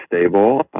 stable